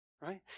right